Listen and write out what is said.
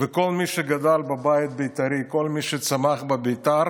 וכל מי שגדל בבית בית"רי, כל מי שצמח בבית"ר,